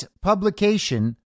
publication